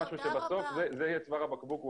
בסוף זה יהיה צוואר הבקבוק.